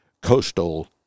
coastal